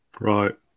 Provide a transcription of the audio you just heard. Right